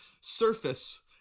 Surface